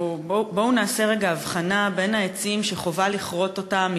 בואו נעשה רגע הבחנה בין העצים שחובה לכרות אותם,